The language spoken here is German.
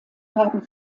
haben